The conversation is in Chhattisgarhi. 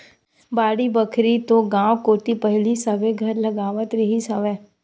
बाड़ी बखरी तो गाँव कोती पहिली सबे घर लगावत रिहिस हवय